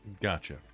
Gotcha